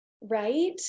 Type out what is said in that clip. Right